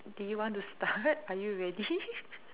do you want to start are you ready